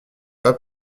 pas